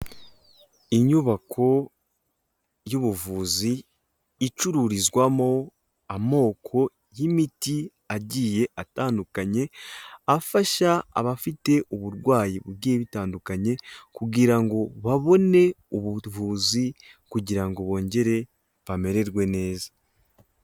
Inyubako y'ubuvuzi icururizwamo amoko y'imiti agiye atandukanye, afasha abafite uburwayi bugiye butandukanye kugira ngo babone ubuvuzi kugira ngo bongere bamererwe neza.